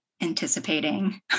anticipating